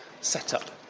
setup